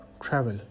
travel